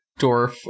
dwarf